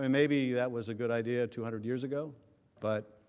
um maybe that was a good idea two hundred years ago but